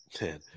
Man